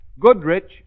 Goodrich